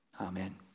Amen